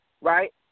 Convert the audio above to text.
right